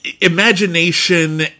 imagination